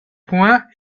points